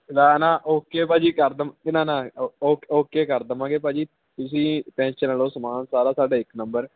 ਨਾ ਨਾ ਓਕੇ ਭਾਅ ਜੀ ਕਰ ਦਮਾ ਨਾ ਨਾ ਓ ਓਕੇ ਕਰ ਦੇਵਾਂਗੇ ਭਾਅ ਜੀ ਤੁਸੀਂ ਟੈਂਸ਼ਨ ਨਾ ਲਓ ਸਮਾਨ ਸਾਰਾ ਸਾਡਾ ਇੱਕ ਨੰਬਰ